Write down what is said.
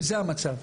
זה המצב.